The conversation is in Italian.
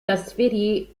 trasferì